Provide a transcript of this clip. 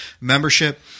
membership